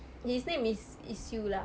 his name is isyu lah